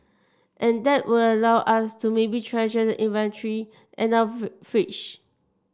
and that would allow us to maybe treasure the inventory in our fridge